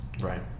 Right